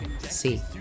see